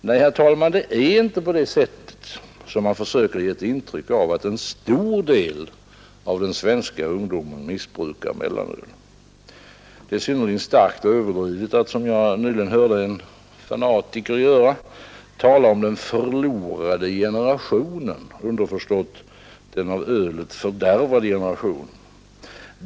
Nej, herr talman, det är inte på det sättet, som man försöker ge ett intryck av, att en stor del av den svenska ungdomen missbrukar mellanöl. Det är synnerligen starkt överdrivet att, som jag nyligen hörde en fanatiker göra, tala om den förlorade generationen, underförstått den av ölet fördärvade generationen.